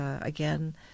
again